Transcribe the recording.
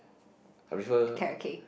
I prefer